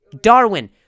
Darwin